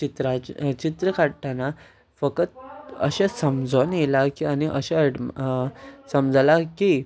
चित्रांचें चित्र काडटना फकत अशें समजून आयलां की आनी अशें एड समजलां की